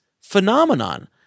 phenomenon